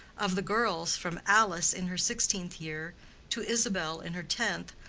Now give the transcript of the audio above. of the girls, from alice in her sixteenth year to isabel in her tenth,